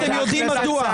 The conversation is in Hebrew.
אתם יודעים מדוע.